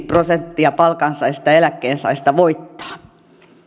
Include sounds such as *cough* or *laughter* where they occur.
*unintelligible* prosenttia palkansaajista ja eläkkeensaajista voittaa